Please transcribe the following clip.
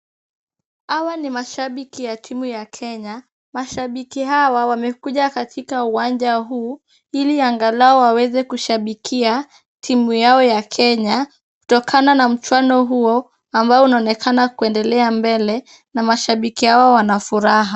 Hawa ni mashabiki ya timu ya Kenya. Mashabiki hawa wamekuja katika uwanja huu, ili angalau waweze kushabikia timu yao ya Kenya kutokana na mchwano huo ambao unaonekana kuendelea mbele, na mashabiki hawa wana furaha.